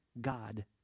God